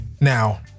Now